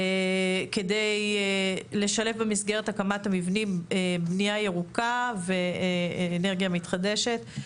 כדי לשלב במסגרת הקמת המבנים בנייה ירוקה ואנרגיה מתחדשת.